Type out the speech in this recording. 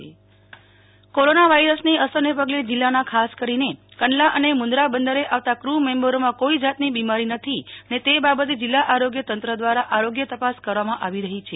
Nehal Thakkar Kutch corona virus corona વાઈરસની અસરને પગલે જિલ્લાના ખાસ કરીને કંડલા અને મુન્દ્રા બદરે આવતા ક્ર મેમ્ બરોમાં કોઈ જાતની બિમારી નથી ને ત બાબતે જિલ્લા આરોગ્ય તંત્ર દવારા આરોગ્ય તપાસ કરવામાં આવી રહી છે